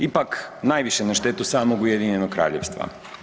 Ipak najviše na štetu samog Ujedinjenog Kraljevstva.